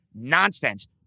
nonsense